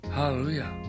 Hallelujah